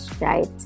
right